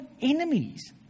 enemies